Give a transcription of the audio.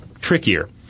trickier